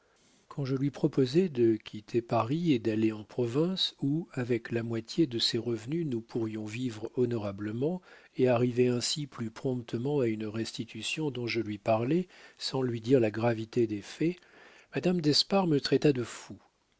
quand je lui proposai de quitter paris et d'aller en province où avec la moitié de ses revenus nous pourrions vivre honorablement et arriver ainsi plus promptement à une restitution dont je lui parlai sans lui dire la gravité des faits madame d'espard me traita de fou